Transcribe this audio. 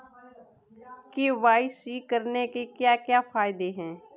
KYC करने के क्या क्या फायदे हैं?